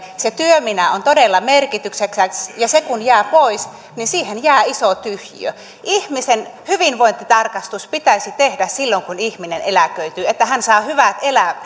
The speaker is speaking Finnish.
se työminä on todella merkityksekäs ja se kun jää pois niin siihen jää iso tyhjiö ihmisen hyvinvointitarkastus pitäisi tehdä silloin kun ihminen eläköityy niin että hän saa hyvät